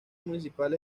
municipal